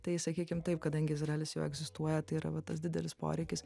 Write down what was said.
tai sakykim taip kadangi izraelis jau egzistuoja tai yra va tas didelis poreikis